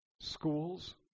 schools